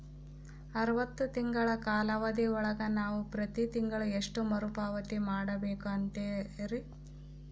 ಅರವತ್ತು ತಿಂಗಳ ಕಾಲಾವಧಿ ಒಳಗ ನಾವು ಪ್ರತಿ ತಿಂಗಳು ಎಷ್ಟು ಮರುಪಾವತಿ ಮಾಡಬೇಕು ಅಂತೇರಿ?